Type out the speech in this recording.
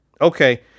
Okay